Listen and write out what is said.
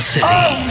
City